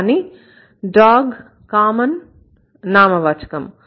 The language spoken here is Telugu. కానీ dog కామన్ నామవాచకము